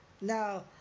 Now